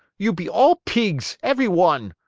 you be all peegs every one!